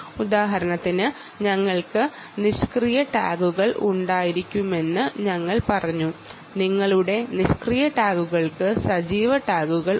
ഉദാഹരണത്തിന് ഞങ്ങൾക്ക് പാസീവ് ടാഗുകളും ആക്ടീവ് ടാഗുകളും ഉണ്ട്